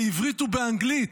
בעברית ובאנגלית.